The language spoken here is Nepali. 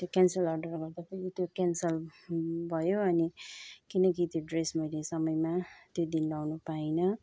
त्यो क्यानसल अर्डर गर्दाखेरि त्यो क्यानसल भयो अनि किनकि त्यो ड्रेस मैले समयमा त्यो दिन लाउनु पाइनँ